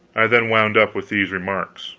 i then wound up with these remarks